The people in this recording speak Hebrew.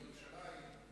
בירושלים.